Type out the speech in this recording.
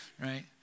right